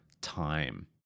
time